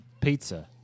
pizza